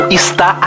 está